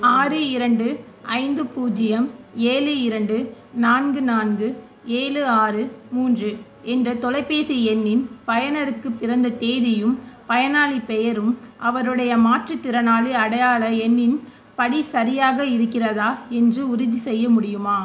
ஆறு இரண்டு ஐந்து பூஜ்ஜியம் ஏழு இரண்டு நான்கு நான்கு ஏழு ஆறு மூன்று என்ற தொலைபேசி எண்ணின் பயனருக்கு பிறந்த தேதியும் பயனாளிப் பெயரும் அவருடைய மாற்றுத்திறனாளி அடையாள எண்ணின் படி சரியாக இருக்கிறதா என்று உறுதிசெய்ய முடியுமா